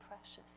precious